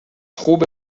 خوبه